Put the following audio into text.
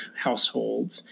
households